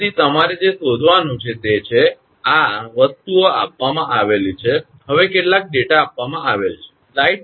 તેથી તમારે જે શોધવાનું છે તે છે આ વસ્તુઓ આપવામાં આવેલી છે હવે કેટલાક ડેટા આપવામાં આવેલ છે